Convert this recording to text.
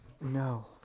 No